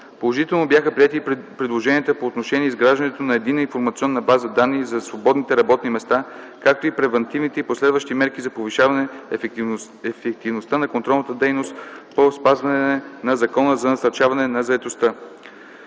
Положително бяха приети и предложенията по отношение изграждането на единната информационна база-данни за свободните работни места, както и превантивните и последващи мерки за повишаване ефективността на контролната дейност по спазване на Закона за насърчаване на заетостта.